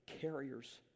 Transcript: carriers